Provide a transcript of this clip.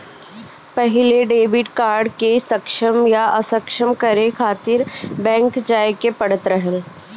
पहिले debit card के सक्षम या असक्षम करे खातिर बैंक जाए के पड़त रहल